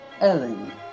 Ellen